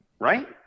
right